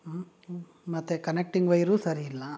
ಮತ್ತು connecting wire ಸರಿ ಇಲ್ಲ